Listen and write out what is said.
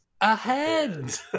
ahead